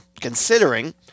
considering